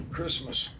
Christmas